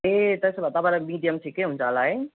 ए त्यसो भए तपाईँलाई मिडयम ठिकै हुन्छ होला है